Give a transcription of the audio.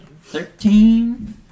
Thirteen